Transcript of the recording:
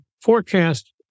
forecast